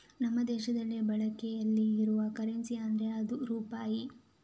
ನಮ್ಮ ದೇಶದಲ್ಲಿ ಬಳಕೆಯಲ್ಲಿ ಇರುವ ಕರೆನ್ಸಿ ಅಂದ್ರೆ ಅದು ರೂಪಾಯಿ